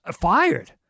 fired